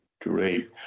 Great